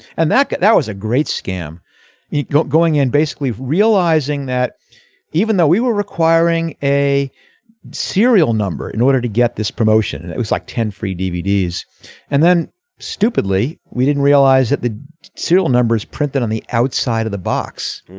and that guy that was a great scam got going in basically realizing that even though we were requiring a serial number in order to get this promotion and it was like ten free dvd and then stupidly we didn't realize that the serial numbers printed on the outside of the box.